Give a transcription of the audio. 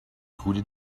goede